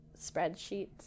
spreadsheets